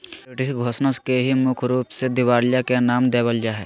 bankruptcy घोषणा के ही मुख्य रूप से दिवालिया के नाम देवल जा हय